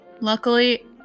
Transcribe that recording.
luckily